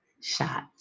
shot